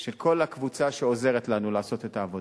של כל הקבוצה שעוזרת לנו לעשות את העבודה,